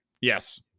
yes